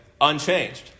unchanged